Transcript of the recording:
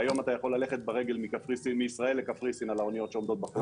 והיום אתה יכול ללכת ברגל מישראל לקפריסין על האוניות שעומדות בחוץ.